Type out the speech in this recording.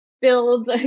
builds